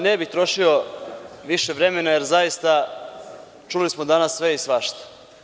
Ne bih trošio više vremena jer zaista čuli smo danas sve i svašta.